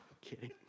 kidding